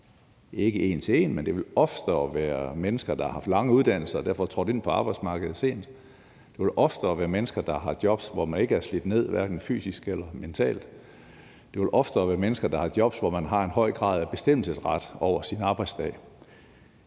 sådan en til en, men det vil oftere være mennesker, der har lange uddannelser og derfor er trådt ind på arbejdsmarked sent; det vil oftere være mennesker, der har jobs, hvor man hverken fysisk eller mentalt er slidt ned; det vil oftere være mennesker, der har jobs, hvor de har en høj grad af bestemmelsesret over deres arbejdsdag.